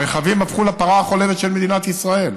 הרכבים הפכו לפרה החולבת של מדינת ישראל,